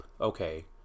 Okay